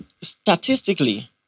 statistically